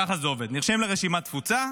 ככה זה עובד: נרשמים לרשימת התפוצה,